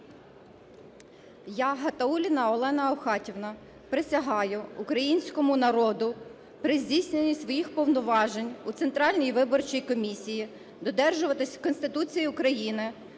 Я, Гатаулліна Олена Аухатівна, присягаю Українському народу при здійсненні свої повноважень у Центральній виборчій комісії додержуватися Конституції України